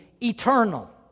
eternal